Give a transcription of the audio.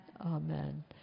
Amen